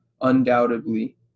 undoubtedly